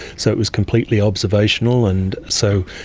so it was completely observational. and so,